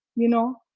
you know.